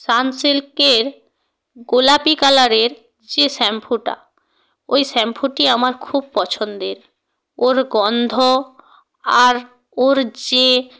সানসিল্কের গোলাপি কালারের যে শ্যাম্পুটা ওই শ্যাম্পুটি আমার খুব পছন্দের ওর গন্ধ আর ওর যে